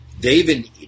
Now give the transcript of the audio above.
David